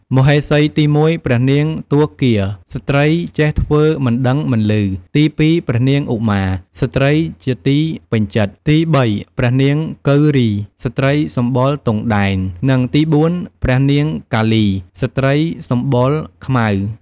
មហេសីទី១ ព្រះនាងទុគ៌ា (ស្ត្រីចេះធ្វើមិនដឹងមិនឮ) ទី២ ព្រះនាងឧមា (ស្រ្តីជាទីពេញចិត្ត) ទី៣ ព្រះនាងគៅរី (ស្ត្រីសម្បុរទង់ដែង) និងទី៤ ព្រះនាងកាលី (ស្ត្រីសម្បុរខ្មៅ)។